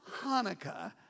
Hanukkah